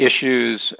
issues